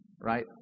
right